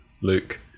Luke